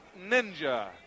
Ninja